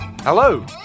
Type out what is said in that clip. Hello